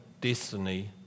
destiny